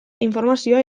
informazioa